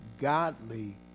godly